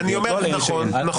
לא על אלה שאין.